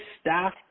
staff